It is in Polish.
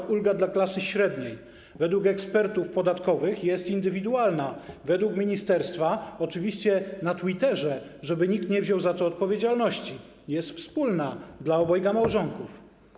Np. ulga dla klasy średniej według ekspertów podatkowych jest indywidualna, a według ministerstwa - oczywiście na Twitterze, żeby nikt nie wziął za to odpowiedzialności - jest wspólna dla obojga małżonków.